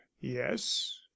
yes